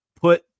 put